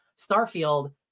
Starfield